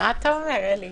מה אתה אומר, אלי?